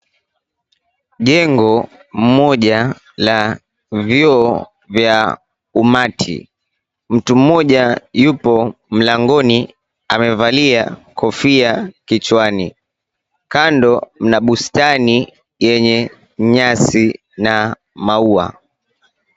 Jengo moja la vyoo vya umati mmoja yupo mlangoni amevalia kofia kichwani kando mna bustani yenye nyasi na maua.